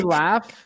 laugh